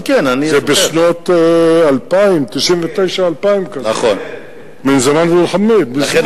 בשנים 1999 2000. לכן,